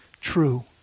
true